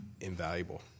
invaluable